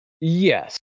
yes